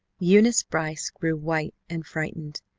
eunice brice grew white and frightened,